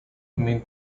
mean